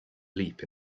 leap